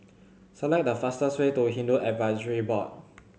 select the fastest way to Hindu Advisory Board